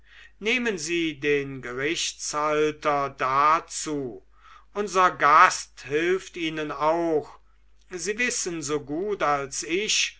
nehmen sie den gerichtshalter dazu unser gast hilft ihnen auch sie wissen so gut als ich